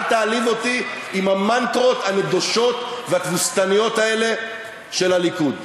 אל תעליב אותי עם המנטרות הנדושות והתבוסתניות האלה של הליכוד,